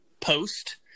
post